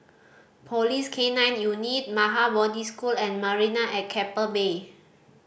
Police K Nine Unit Maha Bodhi School and Marina at Keppel Bay